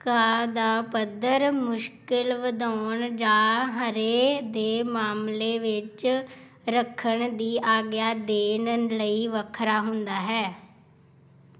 ਘਾਹ ਦਾ ਪੱਧਰ ਮੁਸ਼ਕਲ ਵਧਾਉਣ ਜਾਂ ਹਰੇ ਦੇ ਮਾਮਲੇ ਵਿੱਚ ਰੱਖਣ ਦੀ ਆਗਿਆ ਦੇਣ ਲਈ ਵੱਖਰਾ ਹੁੰਦਾ ਹੈ